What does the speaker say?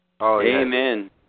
Amen